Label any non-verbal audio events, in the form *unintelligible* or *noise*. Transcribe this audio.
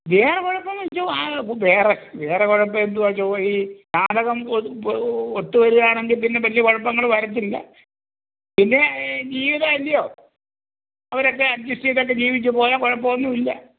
വേറെ കുഴപ്പങ്ങൾ വെച്ചാൽ *unintelligible* വേറെ വേറെ കൊഴപ്പോ എന്തുവ ചൊവ്വ ഈ ജാതകം ഒത്തു വരുകയാണെങ്കിൽ പിന്നെ വലിയ കുഴപ്പങ്ങൾ വരത്തില്ല പിന്നെ ജീവിതം അല്ലയോ അവരൊക്കെ അഡ്ജസ്റ്റ് ചെയ്തൊക്കെ ജീവിച്ച് പോയാൽ കുഴപ്പം ഒന്നും ഇല്ല